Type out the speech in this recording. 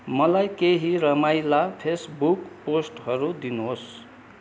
मलाई केही रमाइला फेसबुक पोस्टहरू दिनुहोस्